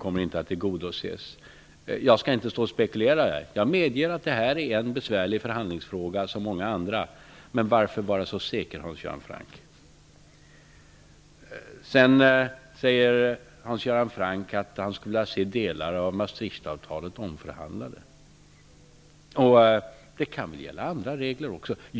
kommer att tillgodoses. Jag skall inte här spekulera, och jag medger att detta -- som många andra frågor -- är en besvärlig förhandlingsfråga. Men varför vara så säker, Hans Göran Franck? Sedan sade Hans Göran Franck att han skulle vilja se delar av Maastrichtavtalet omförhandlade. Detta kan väl också gälla andra regler.